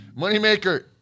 Moneymaker